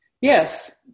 Yes